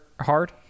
hard